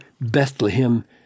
Bethlehem